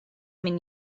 min